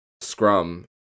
scrum